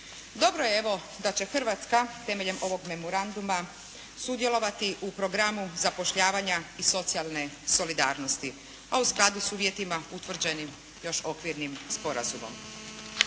Dobro je evo da će Hrvatska temeljem ovog memoranduma sudjelovati u programu zapošljavanja i socijalne solidarnosti, a u skladu s uvjetima utvrđenim još okvirnim sporazumom.